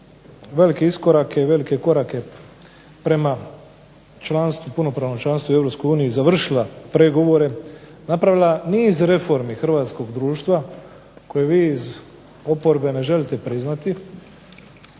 velike iskorake i velike korake prema punopravnom članstvu u Europskoj uniji i završila pregovore, napravila niz reformi hrvatskog društva koje vi iz oporbe ne želite priznati,